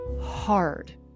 hard